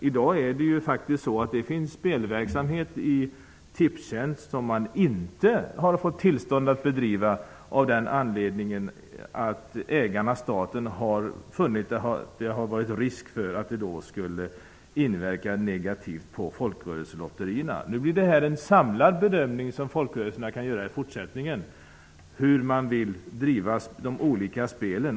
I dag finns det spelverksamhet inom Tipstjänst som man inte har fått tillstånd att bedriva med anledning av att ägaren staten har sett en risk för en negativ inverkan på folkrörelselotterierna. Folkrörelserna kan i fortsättningen göra en samlad bedömning om hur man vill driva de olika spelen.